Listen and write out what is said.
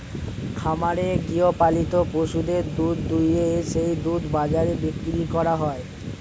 খামারে গৃহপালিত পশুদের দুধ দুইয়ে সেই দুধ বাজারে বিক্রি করা হয়